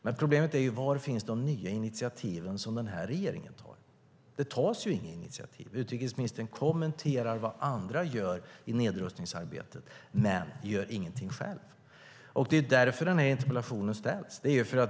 Men problemet är: Var finns de nya initiativ som regeringen tar? Det tas ju inga initiativ. Utrikesministern kommenterar vad andra gör i nedrustningsarbetet men gör ingenting själv. Det är därför den här interpellationen ställs.